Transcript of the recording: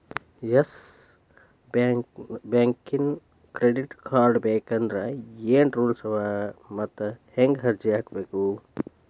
Yes ಬ್ಯಾಂಕಿನ್ credit card ಬೇಕಂದ್ರ ಏನ್ ರೂಲ್ಸವ ಮತ್ತ್ ಹೆಂಗ್ ಅರ್ಜಿ ಹಾಕ್ಬೇಕ?